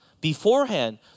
beforehand